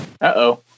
Uh-oh